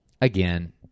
again